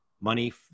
Money